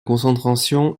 concentration